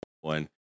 one